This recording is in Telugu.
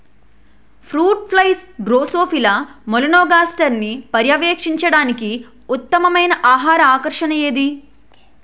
ఫ్రూట్ ఫ్లైస్ డ్రోసోఫిలా మెలనోగాస్టర్ని పర్యవేక్షించడానికి ఉత్తమమైన ఆహార ఆకర్షణ ఏది?